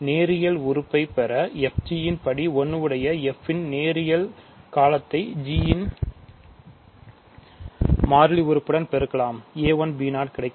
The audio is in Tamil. நேரியல் உறுப்பைப் பெற fg ன் படி 1 உடைய f இன் நேரியல் காலத்தை g இன் மாறிலி உறுப்புடன் பெருக்கலாம் a1 b0 கிடைக்கும்